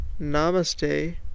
Namaste